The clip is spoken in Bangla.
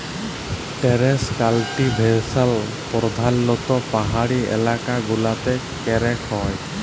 টেরেস কাল্টিভেশল প্রধালত্ব পাহাড়ি এলাকা গুলতে ক্যরাক হ্যয়